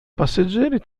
passeggeri